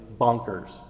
bonkers